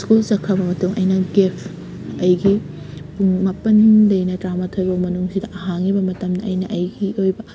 school ꯆꯠꯈꯔꯕ ꯃꯇꯨꯡ ꯑꯩꯅ ꯒꯦꯐ ꯑꯩꯒꯤ ꯄꯨꯡ ꯃꯥꯄꯟꯗꯩꯅ ꯇꯔꯥꯃꯊꯣꯏ ꯐꯥꯎ ꯃꯅꯨꯡꯁꯤꯗ ꯍꯥꯡꯉꯤꯕ ꯃꯇꯝꯗ ꯑꯩꯅ ꯑꯩꯒꯤ ꯑꯣꯏꯕ